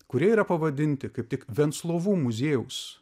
kurie yra pavadinti kaip tik venclovų muziejaus